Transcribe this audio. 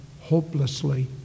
hopelessly